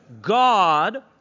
God